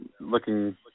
looking –